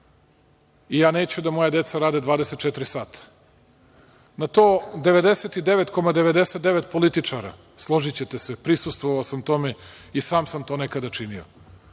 i ja neću da moja deca rade 24 sata. Na to, 99,99 političara, složićete se, prisustvovao sam tome a i sam sam to nekada činio,